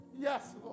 Yes